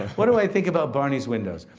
what do i think about barney's windows?